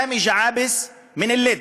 סאמי געאבס מן לוד,